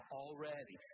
already